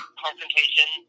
confrontation